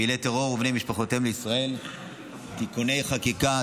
פעילי טרור ובני משפחותיהם לישראל (תיקוני חקיקה),